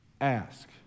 ask